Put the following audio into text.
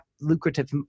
lucrative